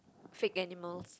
fake animals